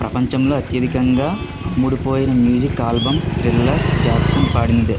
ప్రపంచంలో అత్యధికంగా అమ్ముడుపోయే మ్యూజిక్ ఆల్బమ్ త్రిల్లర్ జాక్సన్ పాడినదే